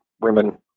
women